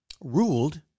ruled